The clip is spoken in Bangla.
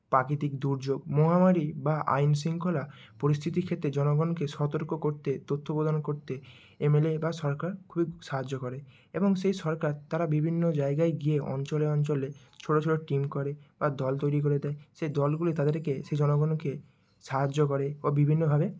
প্রাকৃতিক দুর্যোগ মহামারি বা আইন শৃঙ্খলা পরিস্থিতির ক্ষেত্রে জনগণকে সতর্ক করতে তথ্য প্রদান করতে এমএলএ বা সরকার খুবই সাহায্য করে এবং সেই সরকার তারা বিভিন্ন জায়গায় গিয়ে অঞ্চলে অঞ্চলে ছোটো ছোটো টিম করে বা দল তৈরি করে দেয় সেই দলগুলো তাদেরকে সেই জনগণকে সাহায্য করে ও বিভিন্নভাবে